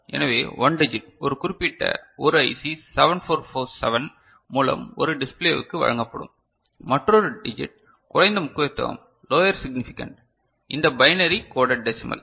எனவே 1 டிஜிட் ஒரு குறிப்பிட்ட ஒரு ஐசி 7447 மூலம் ஒரு டிஸ்ப்ளேவுக்கு வழங்கப்படும் மற்றொரு டிஜிட் குறைந்த முக்கியத்துவம் லோயர் சிக்னிபிகன்ட் இந்த பைனரி கோடெட் டெசிமல்